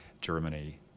Germany